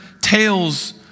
tales